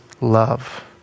love